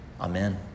Amen